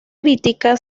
crítica